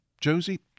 Josie